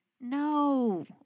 No